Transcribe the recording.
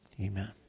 amen